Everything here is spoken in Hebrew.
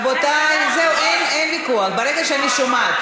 הצעת חוק תאגידי מים וביוב (תיקון,